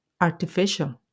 artificial